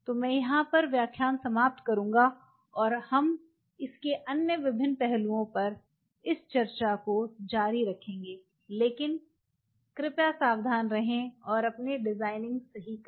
तो मैं यहां पर व्याख्यान समाप्त करूँगा और हम इसके अन्य विभिन्न पहलुओं पर इस चर्चा को जारी रखेंगे लेकिन कृपया सावधान रहें और अपनी डिजाइनिंग सही करें